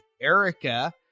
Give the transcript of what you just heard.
Erica